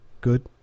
Good